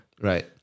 Right